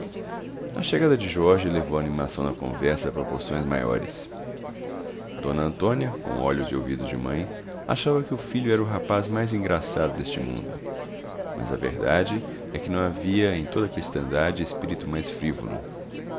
a chegada de jorge levou a animação da conversa a proporções maiores d antônia com olhos e ouvidos de mãe achava que o filho era o rapaz mais engraçado deste mundo mas a verdade é que não havia em toda a cristandade espírito mais frívolo